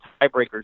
tiebreakers